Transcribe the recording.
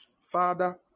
Father